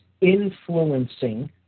influencing